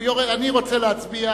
אני רוצה להצביע